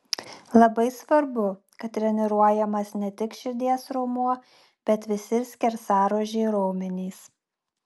labai svarbu kad treniruojamas ne tik širdies raumuo bet visi skersaruožiai raumenys